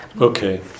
okay